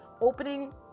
opening